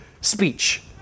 speech